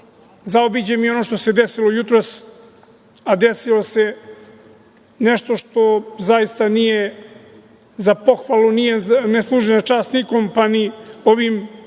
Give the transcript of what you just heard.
zaobiđem i ono što se desilo jutros, a desilo se nešto što zaista nije za pohvalu, ne služi na čast nikome, pa ni ovim